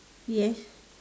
yes